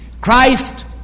Christ